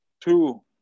Two